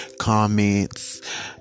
comments